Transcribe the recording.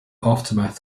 aftermath